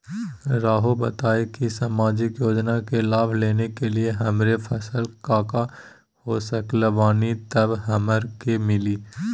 रहुआ बताएं कि सामाजिक योजना के लाभ लेने के लिए हमारे पास काका हो सकल बानी तब हमरा के मिली?